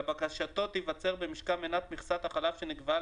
שלבקשתו תיוצר במשקיהם מנת מכסת החלב שנקבעה